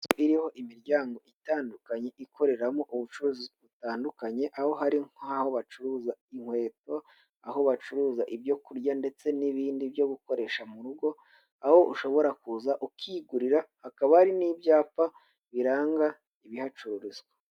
Inzu iriho imiryango itandukanye ikoreramo ubucuruzi butandukanye aho hari nk'aho bacuruza inkweto aho bacuruza ibyo kurya ndetse n'ibindi byo gukoresha mu rugo, aho ushobora kuza ukigurira hakaba hari n'ibyapa biranga ibihacururizwa.